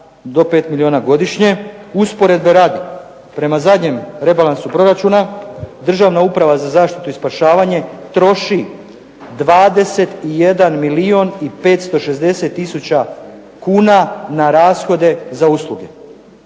do 5 milijuna godišnje. Usporedbe radi, prema zadnjem rebalansu proračuna, Državna uprava za zaštitu i spašavanje troši 21 milijun i 560 tisuća na rashode za usluge.